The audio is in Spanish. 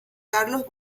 carlos